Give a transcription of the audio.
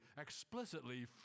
explicitly